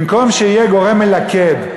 במקום שיהיה גורם מלכד,